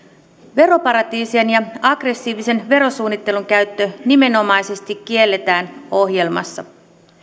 veroparatiisien ja aggressiivisen verosuunnittelun käyttö nimenomaisesti kielletään ohjelmassa